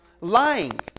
Lying